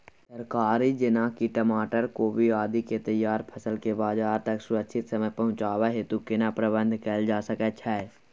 तरकारी जेना की टमाटर, कोबी आदि के तैयार फसल के बाजार तक सुरक्षित समय पहुँचाबै हेतु केना प्रबंधन कैल जा सकै छै?